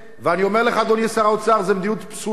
ואני אומר לך, אדוני שר האוצר, זו מדיניות פסולה.